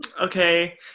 Okay